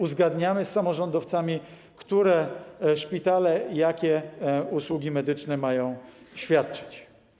Uzgadniamy z samorządowcami, które szpitale jakie usługi medyczne mają świadczyć.